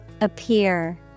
Appear